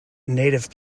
native